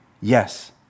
Yes